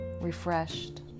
refreshed